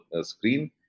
screen